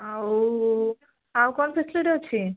ଆଉ ଆଉ କ'ଣ ଫ୍ୟାସିଲିଟି ଅଛି